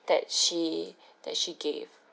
that she that she gave